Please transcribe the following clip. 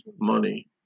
money